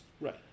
Right